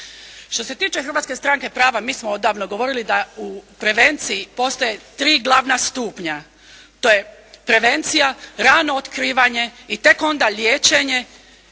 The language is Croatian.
Što se tiče Hrvatske stranke prava, mi smo odavno govorili da u prevenciji postoje tri glavna stupnja. To je prevencija, rano otkrivanje i tek onda liječenje